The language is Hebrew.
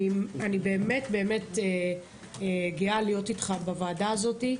אני באמת באמת גאה להיות איתך בוועדה הזאת,